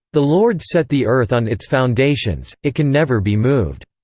the lord set the earth on its foundations it can never be moved.